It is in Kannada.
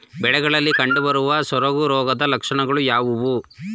ಬೆಳೆಗಳಲ್ಲಿ ಕಂಡುಬರುವ ಸೊರಗು ರೋಗದ ಲಕ್ಷಣಗಳು ಯಾವುವು?